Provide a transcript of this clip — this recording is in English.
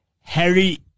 Harry